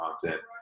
content